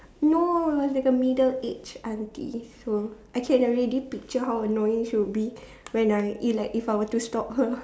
no it was like a middle age auntie so I can already can picture how annoying she would be when I if like if I were to stop her